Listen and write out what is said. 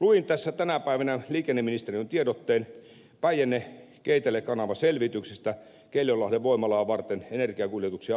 luin tässä tänä päivänä liikenneministeriön tiedotteen päijännekeitele kanavan selvityksestä keljonlahden voimalaa varten energiakuljetuksia varten